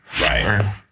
Right